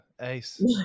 ace